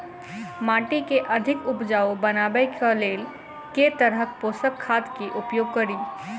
माटि केँ अधिक उपजाउ बनाबय केँ लेल केँ तरहक पोसक खाद केँ उपयोग करि?